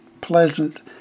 pleasant